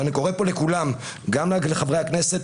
אני קורא לכולם, גם לחברי הכנסת.